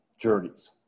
journeys